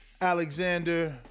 Alexander